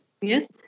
Yes